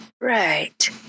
right